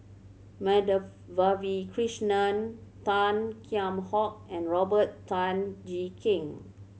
Madhavi Krishnan Tan Kheam Hock and Robert Tan Jee Keng